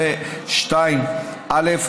ו-(2)(א),